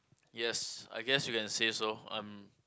yes I guess you can say so I'm